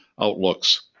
outlooks